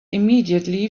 immediately